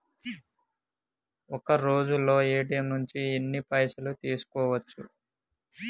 ఒక్కరోజులో ఏ.టి.ఎమ్ నుంచి ఎన్ని పైసలు తీసుకోవచ్చు?